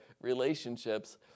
relationships